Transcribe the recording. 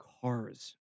cars